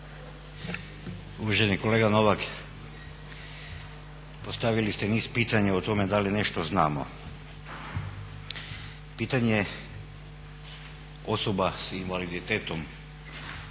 Uvaženi kolega Novak postavili ste niz pitanja o tome da li nešto znamo. Pitanje osoba s invaliditetom